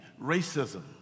racism